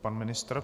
Pan ministr.